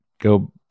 go